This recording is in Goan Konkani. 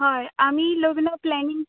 हय आमी लग्न प्लेनिंग